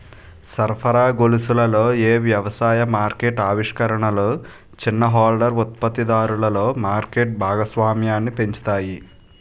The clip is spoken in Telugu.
సరఫరా గొలుసులలో ఏ వ్యవసాయ మార్కెట్ ఆవిష్కరణలు చిన్న హోల్డర్ ఉత్పత్తిదారులలో మార్కెట్ భాగస్వామ్యాన్ని పెంచుతాయి?